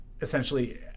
essentially